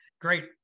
great